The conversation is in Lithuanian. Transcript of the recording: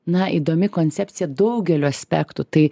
na įdomi koncepcija daugeliu aspektų tai